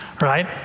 right